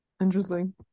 interesting